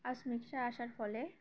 আজ মিক্সার আসার ফলে